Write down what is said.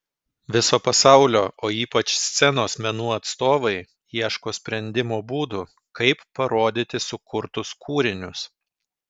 viso pasaulio o ypač scenos menų atstovai ieško sprendimo būdų kaip parodyti sukurtus kūrinius